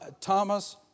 Thomas